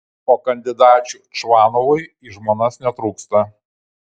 o kandidačių čvanovui į žmonas netrūksta